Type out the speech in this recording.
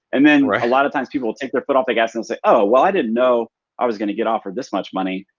and then a lot of times people will take their foot off the gas and say, oh, well i didn't know i was gonna get offered this much money.